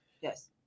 Yes